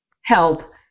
help